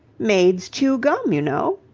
maids chew gum, you know.